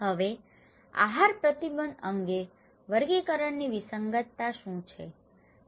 હવે આહાર પ્રતિબંધ અંગે વર્ગીકરણની વિસંગતતાઓ શું છે